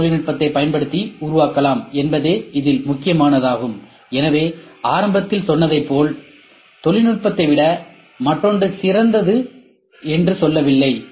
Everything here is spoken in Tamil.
எம் தொழில்நுட்பத்தைப் பயன்படுத்தி உருவாக்கலாம் என்பதே இதில் முக்கியமானதாகும் எனவே ஆரம்பத்தில் சொன்னது போல் தொழில்நுட்பத்தை விட மற்றொன்று சிறந்தது என்று சொல்லவில்லை